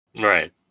Right